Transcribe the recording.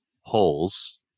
Holes